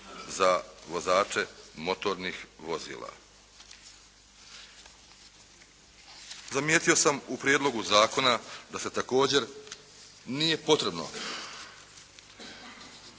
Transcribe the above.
za vozače motornih vozila. Primijetio sam u prijedlogu zakona da se također nije potrebno